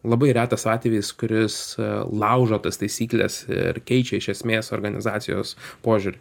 labai retas atvejis kuris laužo tas taisykles ir keičia iš esmės organizacijos požiūrį